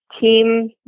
team